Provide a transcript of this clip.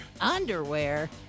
Underwear